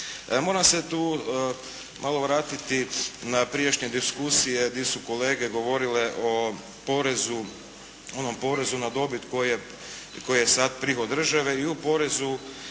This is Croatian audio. Moram se tu malo vratiti na prijašnje diskusije gdje su kolege govorile o porezu, onom porezu na dobit koje je sad prihod države i o porezu